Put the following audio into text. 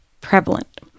prevalent